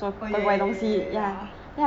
ya ya ya ya ya